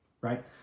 right